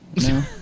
No